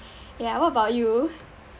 ya what about you